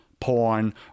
porn